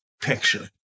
picture